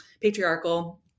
patriarchal